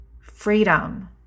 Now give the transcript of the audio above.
freedom